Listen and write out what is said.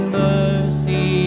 mercy